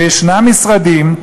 ויש משרדים,